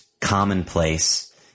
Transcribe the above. commonplace